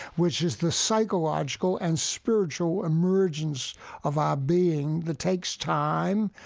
which is the psychological and spiritual emergence of our being that takes time,